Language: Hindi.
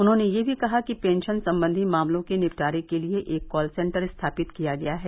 उन्होंने यह भी कहा कि पेंशन संबंधी मामलों के निपटारे के लिए एक कॉल सेंटर स्थापित किया गया है